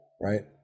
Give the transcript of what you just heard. right